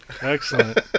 excellent